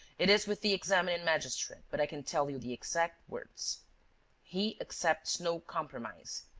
it is with the examining magistrate, but i can tell you the exact words he accepts no compromise.